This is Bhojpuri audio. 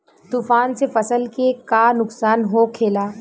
तूफान से फसल के का नुकसान हो खेला?